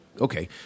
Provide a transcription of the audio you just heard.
okay